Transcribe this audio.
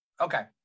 okay